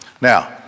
Now